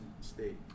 state